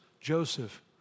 Joseph